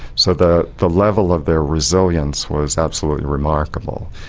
so the the level of their resilience was absolutely remarkable.